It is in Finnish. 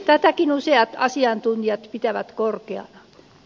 tätäkin useat asiantuntijat pitävät korkeana